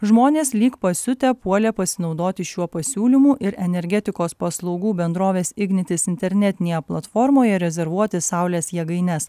žmonės lyg pasiutę puolė pasinaudoti šiuo pasiūlymu ir energetikos paslaugų bendrovės ignitis internetinėje platformoje rezervuoti saulės jėgaines